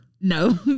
No